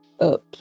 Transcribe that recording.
up